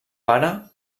pare